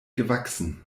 gewachsen